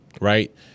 Right